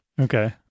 Okay